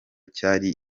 cyari